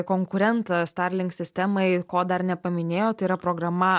konkurentas starlink sistemai ko dar nepaminėjot tai yra programa